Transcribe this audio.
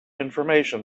information